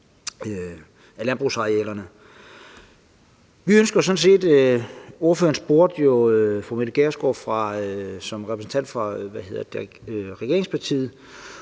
af landbrugsarealerne. Fru Mette Gjerskov spurgte som repræsentant for regeringspartiet,